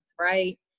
right